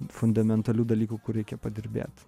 fundamentalių dalykų kur reikia padirbėt